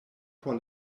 por